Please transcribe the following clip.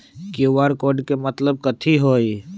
QR code के मतलब कथी होई?